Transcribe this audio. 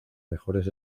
mejores